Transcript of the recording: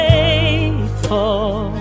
faithful